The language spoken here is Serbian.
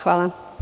Hvala.